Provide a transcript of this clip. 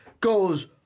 goes